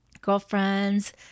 Girlfriends